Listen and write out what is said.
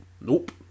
Nope